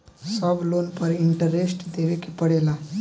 सब लोन पर इन्टरेस्ट देवे के पड़ेला?